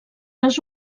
les